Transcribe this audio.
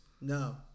No